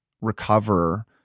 recover